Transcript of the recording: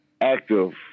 active